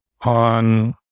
on